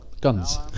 guns